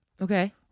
Okay